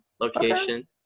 location